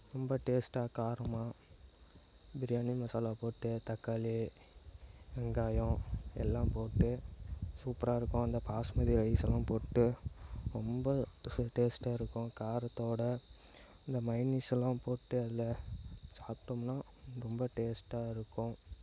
ரொம்ப டேஸ்ட்டாக காரமாக பிரியாணி மசாலா போட்டு தக்காளி வெங்காயம் எல்லாம் போட்டு சூப்பராக இருக்கும் அந்த பாஸ்மதி ரைஸ் எல்லாம் போட்டு ரொம்ப டேஸ்ட்டாக இருக்கும் காரத்தோடு இந்த மைனீஸ் எல்லாம் போட்டு அதில் சாப்பிட்டோம்னா ரொம்ப டேஸ்ட்டாக இருக்கும்